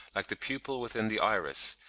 like the pupil within the iris,